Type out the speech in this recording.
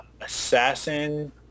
Assassin